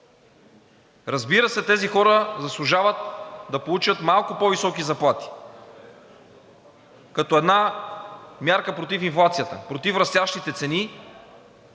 Разбира се, тези хора заслужават да получат малко по-високи заплати като една мярка против инфлацията, против растящите цени,